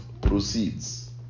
proceeds